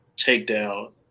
takedown